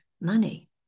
money